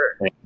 Sure